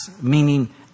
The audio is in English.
meaning